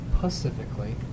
pacifically